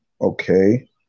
Okay